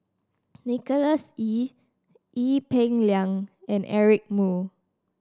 Nicholas Ee Ee Peng Liang and Eric Moo